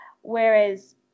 Whereas